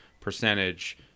percentage